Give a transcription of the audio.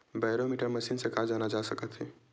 Barometer machine से का जाना जा सकत हे?